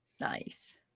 nice